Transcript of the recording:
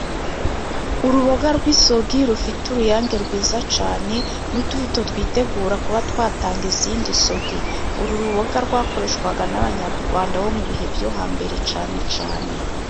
Uruboga rw'isogi rufite uruyange rwiza cyane , n'utubuto twitegura kuba twatanga izindi sogi. Uru ruboga rwakoreshwaga n'Abanyarwanda bo mu bihe byo hambere cyane cyane